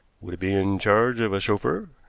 would it be in charge of a chauffeur?